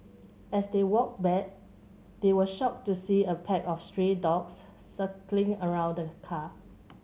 as they walked back they were shocked to see a pack of stray dogs circling around the car